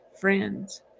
friends